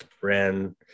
ran